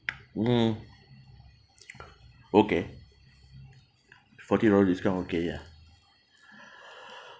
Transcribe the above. mm okay forty dollar discount okay ya